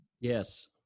Yes